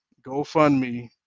GoFundMe